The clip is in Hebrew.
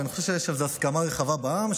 ואני חושב שיש על זה הסכמה רחבה בעם,